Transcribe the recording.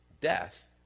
death